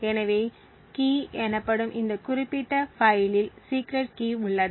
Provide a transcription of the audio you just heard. எனவே கீ எனப்படும் இந்த குறிப்பிட்ட பைலில் சீக்ரெட் கீ உள்ளது